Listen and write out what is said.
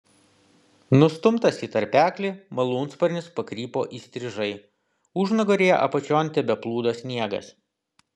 nustumtas į tarpeklį malūnsparnis pakrypo įstrižai užnugaryje apačion tebeplūdo sniegas